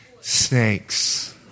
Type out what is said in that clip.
snakes